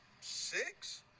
six